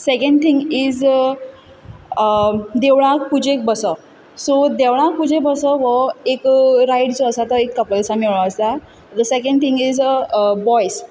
second thing is देवळांत पुजेक बसप सो देवळांत पुजेक बसप हो एक रायट जो आसा तो एक कपल्सांक मेळ्ळो आसा the second thing is boys